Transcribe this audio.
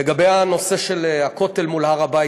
לגבי הנושא של הכותל מול הר הבית.